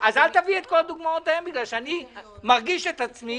אז אל תביאי את כל הדוגמאות ההם בגלל שאני מרגיש את עצמי